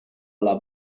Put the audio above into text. alla